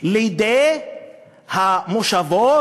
לידי המושבות,